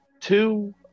Two